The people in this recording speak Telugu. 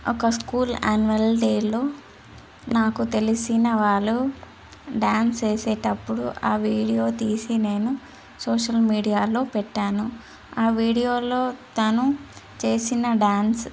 ఒక స్కూల్ యాన్యువల్ డేలో నాకు తెలిసిన వాళ్ళు డ్యాన్స్ వేసేటప్పుడు ఆ వీడియో తీసి నేను సోషల్ మీడియాలో పెట్టాను ఆ వీడియోలో తను చేసిన డ్యాన్స్